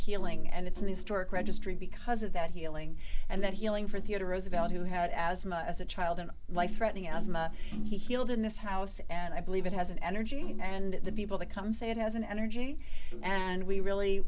healing and it's an historic registry because of that healing and that healing for theater roosevelt who had asthma as a child in a life threatening asthma he healed in this house and i believe it has an energy and the people to come say it has an energy and we really